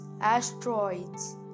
asteroids